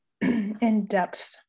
in-depth